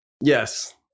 Yes